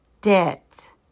debt